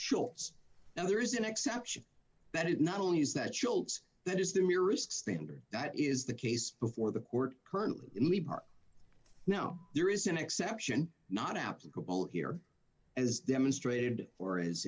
schulze now there is an exception but it not only is that shows that is the nearest standard that is the case before the court currently now there is an exception not applicable here as demonstrated or